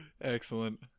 excellent